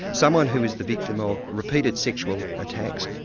someone who is the victim of repeated sexual attacks,